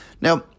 Now